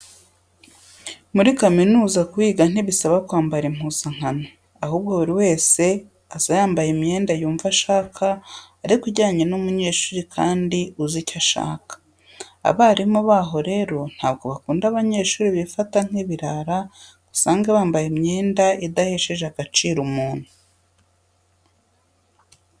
Muri kaminuza kuhiga ntibisaba kwambara impuzankano, ahubwo buri wese aza yambaye imyenda yumva ashaka ariko ijyanye n'umunyeshuri kandi uzi icyo ashaka. Abarimu baho rero ntabwo bakunda abanyeshuri bifata nk'ibirara ngo usange bambaye imyenda idahesheje agaciro umuntu.